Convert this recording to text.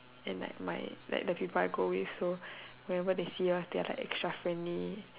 and like my like the people I go with so whenever they see us they are like extra friendly